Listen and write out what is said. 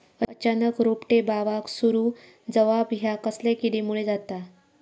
अचानक रोपटे बावाक सुरू जवाप हया कसल्या किडीमुळे जाता?